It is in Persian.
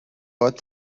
باهات